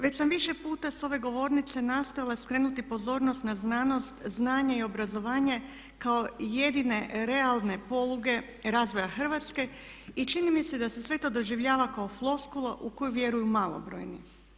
Već sam više puta s ove govornice nastojala skrenuti pozornost na znanost, znanje i obrazovanje kao jedine realne poluge razvoja Hrvatske i čini mi se da se sve to doživljava kao floskula u koju vjeruju malobrojni.